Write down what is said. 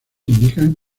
indican